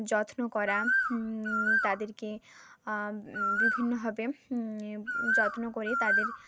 যত্ন করা তাদেরকে বিভিন্নভাবে যত্ন করে তাদের